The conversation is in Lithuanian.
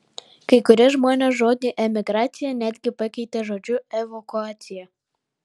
kai kurie žmonės žodį emigracija netgi pakeitė žodžiu evakuacija